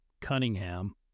Cunningham